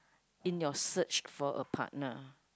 in your search for a partner